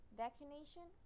vaccination